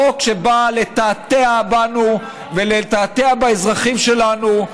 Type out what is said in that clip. חוק שבא לתעתע בנו ולתעתע באזרחים שלנו.